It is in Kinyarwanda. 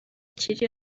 kiri